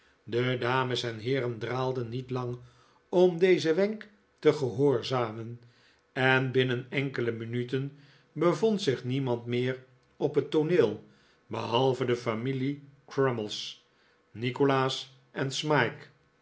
de dames en heeren draalden niet lang om dezen wenk te gehoorzamen en binnen enkele minuten bevond zich niemand meer op het tooneel behalve de familie crummies nikolaas en smike